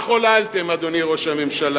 מה חוללתם, אדוני ראש הממשלה?